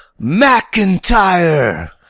McIntyre